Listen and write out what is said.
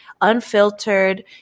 unfiltered